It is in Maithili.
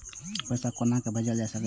पैसा कोना भैजल जाय सके ये